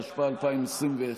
התשפ"א 2021,